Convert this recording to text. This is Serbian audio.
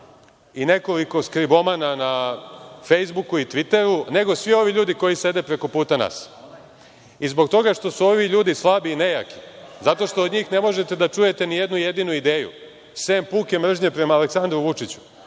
i nekoliko skribomana na Fejsbuku i Tviteri, nego svi ovi ljudi koji sede preko puta nas. Zbog toga što su ovi ljudi slabi i nejaki, zato što od njih ne možete da čujete ni jednu jedinu ideju, sem puke mržnje prema Aleksandru Vučiću.